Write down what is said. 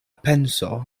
penso